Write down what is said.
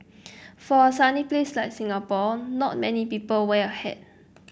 for a sunny place like Singapore not many people wear a hat